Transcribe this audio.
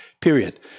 period